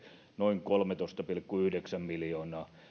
noin kolmetoista pilkku yhdeksän miljoonaa